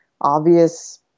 obvious